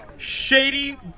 Shady